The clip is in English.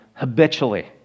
habitually